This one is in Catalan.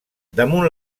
damunt